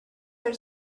are